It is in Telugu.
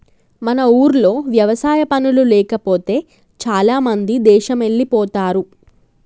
మన ఊర్లో వ్యవసాయ పనులు లేకపోతే చాలామంది దేశమెల్లిపోతారు